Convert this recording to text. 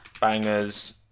Bangers